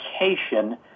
education